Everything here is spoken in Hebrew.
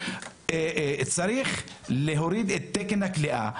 צריך להוריד את תקן הכליאה.